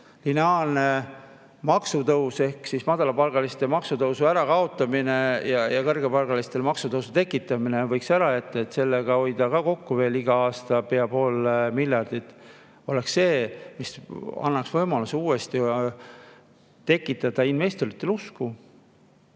lineaarse maksutõusu ehk madalapalgaliste maksutõusu ja kõrgepalgalistele maksutõusu tekitamise võiks ära jätta ja sellega hoida kokku veel iga aasta pea pool miljardit. See oleks see, mis annaks võimaluse uuesti tekitada investoritele usku